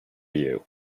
you